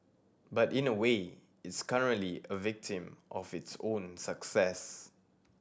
but in a way it's currently a victim of its own success